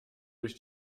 durch